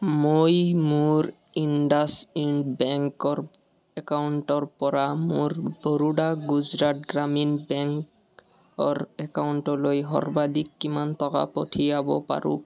মই মোৰ ইণ্ডাচইণ্ড বেংকৰ একাউণ্টৰ পৰা মোৰ বৰোডা গুজৰাট গ্ৰামীণ বেংকৰ একাউণ্টলৈ সৰ্বাধিক কিমান টকা পঠিয়াব পাৰোঁ